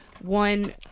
one